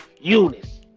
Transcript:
Eunice